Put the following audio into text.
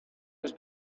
was